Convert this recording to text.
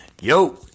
Yo